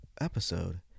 episode